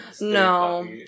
no